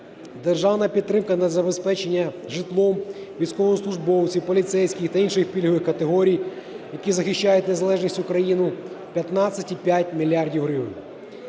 Державна підтримка для забезпечення житлом військовослужбовців, поліцейських та інших пільгових категорій, які захищають незалежність України, – 15,5 мільярда